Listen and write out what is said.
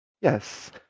yes